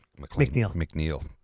mcneil